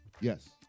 Yes